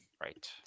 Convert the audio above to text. right